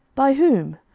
by whom?